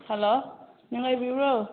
hello ꯅꯨꯡꯉꯥꯏꯔꯤꯕ꯭ꯔꯣ